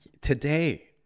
today